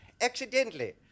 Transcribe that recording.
accidentally